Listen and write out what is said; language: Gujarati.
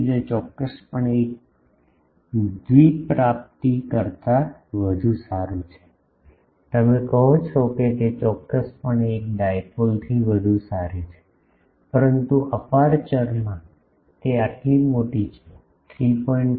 તેથી તે ચોક્કસપણે એક દ્વિપ્રાપ્તિ કરતાં વધુ સારું છે તમે કહો છો કે તે ચોક્કસપણે એક ડાઇપોલથી વધુ સારી છે પરંતુ અપેરચ્યોરમાં તે આટલી મોટી છે 3